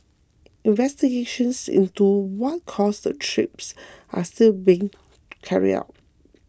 investigations into what caused the trips are still being carry out